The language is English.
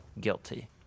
guilty